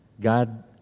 God